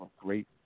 great